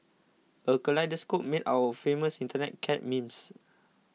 a kaleidoscope made out of famous Internet cat memes